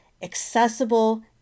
accessible